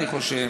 אני חושב,